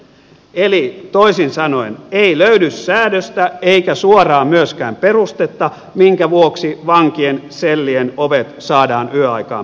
eli toisin sanoen ei löydy säädöstä eikä suoraan myöskään perustetta minkä vuoksi vankien sellien ovet saadaan yöaikaan pitää kiinni